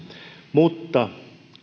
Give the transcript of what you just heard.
mutta